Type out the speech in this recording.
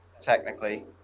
technically